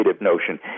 notion